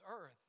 earth